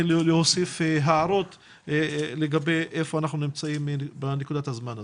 להוסיף הערות לגבי איפה אנחנו נמצאים בנקודת הזמן הזו.